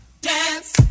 dance